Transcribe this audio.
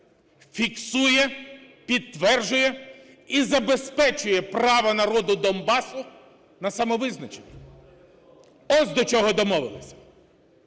фіксує, підтверджує і забезпечує право народу Донбасу на самовизначення". Ось до чого домовилися.